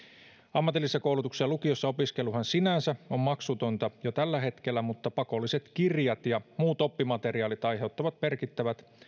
ammatillisessa koulutuksessa ja lukiossa opiskeluhan sinänsä on maksutonta jo tällä hetkellä mutta pakolliset kirjat ja muut oppimateriaalit aiheuttavat merkittävät